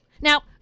Now